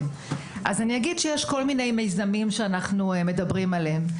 יש כל מיני מיזמים שאנחנו מדברים עליהם.